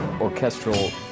orchestral